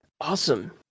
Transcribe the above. Awesome